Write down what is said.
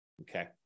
okay